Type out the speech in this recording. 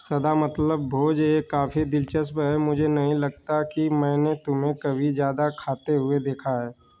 सदा मतलब भोज यह काफ़ी दिलचस्प है मुझे नहीं लगता कि मैंने तुम्हें कभी ज़्यादा खाते हुए देखा है